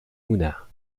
mouna